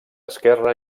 esquerre